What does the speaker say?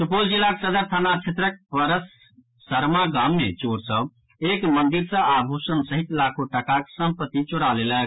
सुपौल जिलाक सदर थाना क्षेत्रक परसरमा गाम मे चोर सभ एक मंदिर सँ आभूषण सहित लाखो टाकाक संपत्ति चोरा लेलक